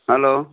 hello